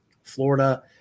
Florida